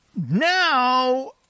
Now